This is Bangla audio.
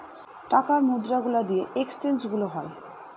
টাকার মুদ্রা গুলা দিয়ে এক্সচেঞ্জ গুলো হয়